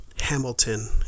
Hamilton